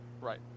right